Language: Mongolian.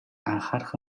анхаарах